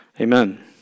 Amen